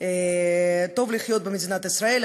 טוב לחיות במדינת ישראל,